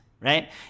right